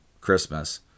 Christmas